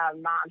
mom